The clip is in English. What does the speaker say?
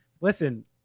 listen